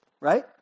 Right